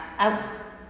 I